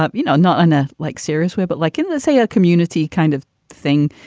um you know, not in a like serious way, but like in, let's say, a community kind of thing.